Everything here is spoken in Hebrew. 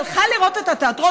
מה זה תיאטרון